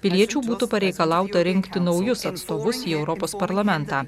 piliečių būtų pareikalauta rinkti naujus atstovus į europos parlamentą